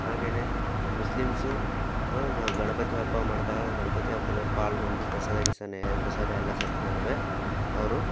ಹಾಗೇನೆ ಮುಸ್ಲಿಮ್ಸು ನಾವು ಗಣಪತಿ ಹಬ್ಬ ಮಾಡಿದಾಗ ಗಣಪತಿ ಹಬ್ಬದಲ್ಲಿ ಪಾಲ್ಗೊಂಡು ಪ್ರಸಾದ ಗಿಸಾನೆ ಪ್ರಸಾದ ಎಲ್ಲ ಸಮಯುದನವೆ ಅವರು